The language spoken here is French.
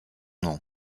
nom